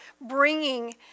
bringing